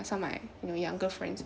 some of my you know younger friends